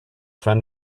friend